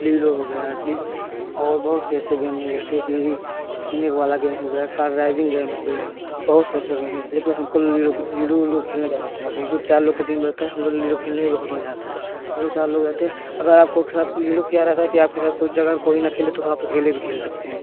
ludo हो गया ली और बहुत से ऐसे गेम हैं जैसे कि स्नेक वाला गेम हो गया कार ड्राइविंग गेम हो गया बहुत से ऐसे गेम हैं लेकिन हमको लूडो को लूडो वुडो खेलने ज़्यादा अच्छा लगता है क्योंकि चार लोग का टीम रहता है हम लोग लूडो खेलने के बहुत मज़ा आता है हम लोग चार लोग रहते हैं अगर आप लोग के साथ लूडो क्या रहता है कि आपके साथ कुछ जगहा कोई ना खेले तो आप अकेले भी खेल सकते हैं